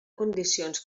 condicions